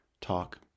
talk